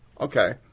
Okay